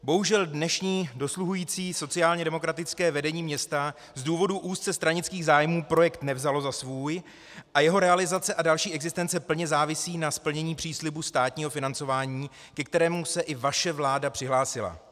Bohužel dnešní dosluhující sociálně demokratické vedení města z důvodu úzce stranických zájmů projekt nevzalo za svůj a jeho realizace a další existence plně závisí na splnění příslibu státního financování, ke kterému se i vaše vláda přihlásila.